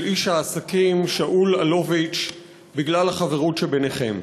איש העסקים שאול אלוביץ' בגלל החברות שביניכם.